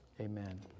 amen